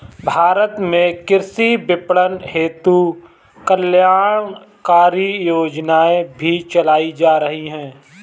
भारत में कृषि विपणन हेतु कल्याणकारी योजनाएं भी चलाई जा रही हैं